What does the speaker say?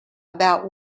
about